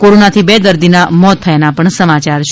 કોરોનાથી બે દર્દીના મોત થયાના સમાચાર છે